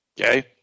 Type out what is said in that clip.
Okay